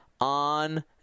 on